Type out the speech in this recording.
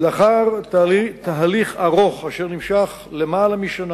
לאחר תהליך ארוך אשר נמשך יותר משנה